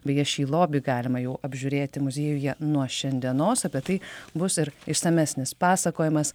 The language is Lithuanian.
beje šį lobį galima jau apžiūrėti muziejuje nuo šiandienos apie tai bus ir išsamesnis pasakojimas